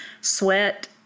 Sweat